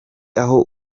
aho